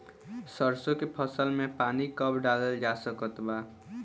सरसों के फसल में पानी कब डालल जा सकत बा?